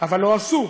אבל לא עשה.